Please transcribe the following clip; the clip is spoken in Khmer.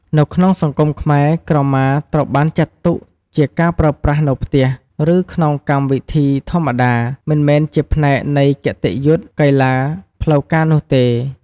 នៅក្នុងសង្គមខ្មែរ ក្រមាត្រូវបានចាត់ទុកជាការប្រើប្រាស់នៅផ្ទះ ឬក្នុងកម្មវិធីធម្មតា មិនមែនជាផ្នែកនៃគតិយុត្តកីឡាផ្លូវការនោះទេ។